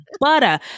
butter